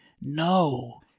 No